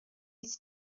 iki